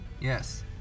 Yes